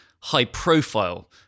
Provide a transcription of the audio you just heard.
high-profile